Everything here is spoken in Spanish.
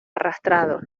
arrastrados